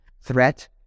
threat